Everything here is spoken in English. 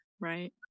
Right